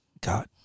god